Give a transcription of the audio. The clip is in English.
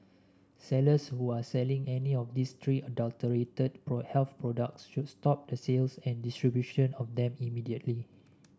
sellers who are selling any of these three adulterated health products should stop the sales and distribution of them immediately